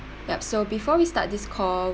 yup so before we start this call